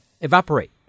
evaporate